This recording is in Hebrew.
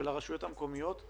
של הרשויות המקומיות,